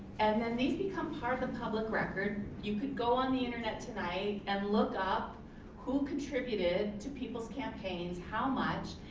and then these become part of the public record. you could go on the internet tonight and look up who contributed to people's campaigns, how much.